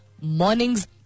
mornings